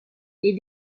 les